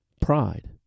pride